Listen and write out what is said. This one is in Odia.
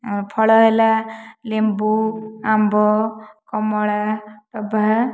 ଫଳ ହେଲା ଲେମ୍ବୁ ଆମ୍ବ କମଳା ଟଭା